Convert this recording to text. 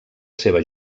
seva